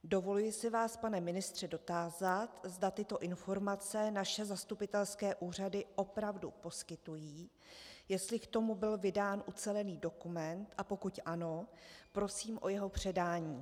Dovoluji se vás, pane ministře, dotázat, zda tyto informace naše zastupitelské úřady opravdu poskytují, jestli k tomu byl vydán ucelený dokument, a pokud ano, prosím o jeho předání.